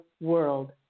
world